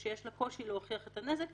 או יש לה קושי להוכיח את הנזק,